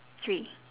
three